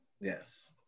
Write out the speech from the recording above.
Yes